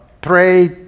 pray